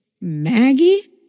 Maggie